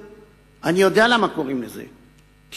אני יודע למה קוראים לזה כך,